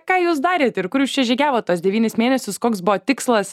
ką jūs darėt ir kur jūs čia žygiavot tuos devynis mėnesius koks buvo tikslas